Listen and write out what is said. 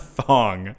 Thong